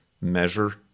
measure